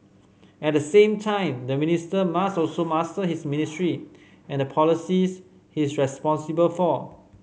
at the same time the minister must also master his ministry and the policies is responsible for